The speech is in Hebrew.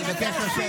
אין לך בושה?